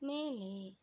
மேலே